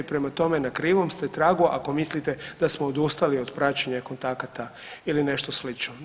Prema tome, na krivom ste tragu ako mislite da smo odustali od praćenja kontakata ili nešto slično.